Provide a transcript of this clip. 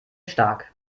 stark